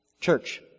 Church